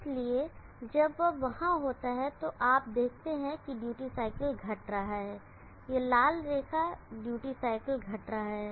इसलिए जब यह वहां होता है तो आप देखते हैं कि ड्यूटी साइकिल घट रहा है यह लाल रेखा ड्यूटी साइकिल घट रहा है